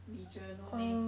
region no meh